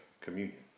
Communion